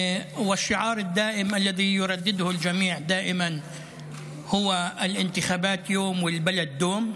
הסיסמה המתמדת שכולם חוזרים ואומרים תמיד: